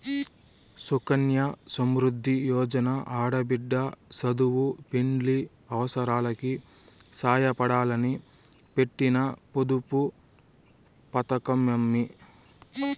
సుకన్య సమృద్ది యోజన ఆడబిడ్డ సదువు, పెండ్లి అవసారాలకి సాయపడాలని పెట్టిన పొదుపు పతకమమ్మీ